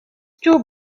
too